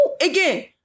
Again